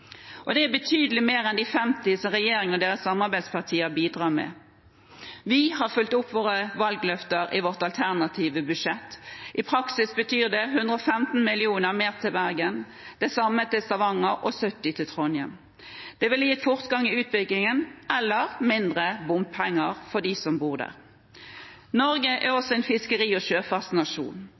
Det er betydelig mer enn de 50 som regjeringen og deres samarbeidspartier bidrar med. Vi har fulgt opp våre valgløfter i vårt alternative budsjett. I praksis betyr det 115 mill. kr mer til Bergen, det samme til Stavanger og 70 mill. kr til Trondheim. Det ville gitt fortgang i utbyggingen eller mindre bompenger for dem som bor der. Norge er også en fiskeri- og